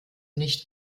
nicht